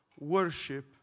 worship